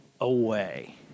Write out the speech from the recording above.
away